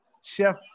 Chef